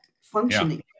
functioning